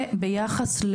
וביחס,